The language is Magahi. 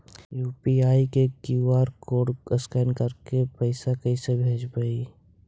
यु.पी.आई के कियु.आर कोड स्कैन करके पैसा कैसे भेजबइ?